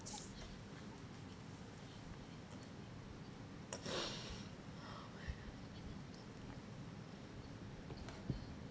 oh my god